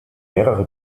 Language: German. mehrere